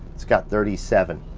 it's got thirty seven.